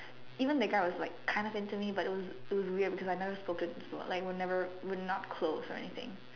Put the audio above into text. even that guy was like kind of into me but it was it was weird because I never spoken before like we're never we're not close or anything